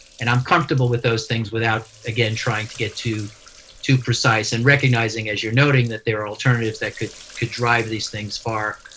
and i'm comfortable with those things without, again, trying to get too too precise, and recognizing, as you're noting, that there are alternatives that could could drive these things far,